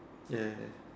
ya ya ya